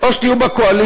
או כשתהיו בקואליציה,